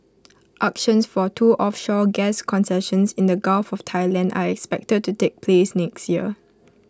auctions for two offshore gas concessions in the gulf of Thailand are expected to take place next year